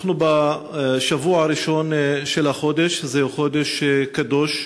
אנחנו בשבוע הראשון של החודש, זהו חודש קדוש,